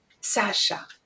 Sasha